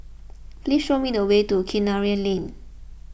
please show me the way to Kinara Lane